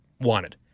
wanted